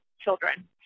children